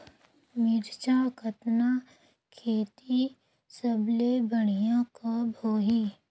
मिरचा कतना खेती सबले बढ़िया कब होही?